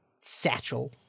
satchel